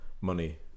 Money